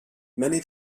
many